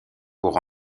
pour